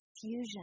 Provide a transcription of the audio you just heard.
fusion